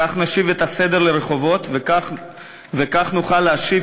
כך נשיב את הסדר לרחובות וכך נוכל להשיב